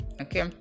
Okay